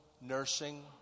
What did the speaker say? nursing